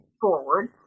forward